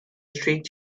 straight